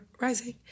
rising